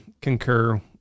concur